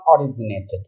originated